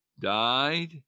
died